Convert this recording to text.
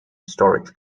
storage